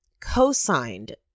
Co-signed